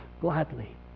gladly